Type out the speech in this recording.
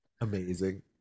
Amazing